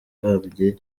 wagabye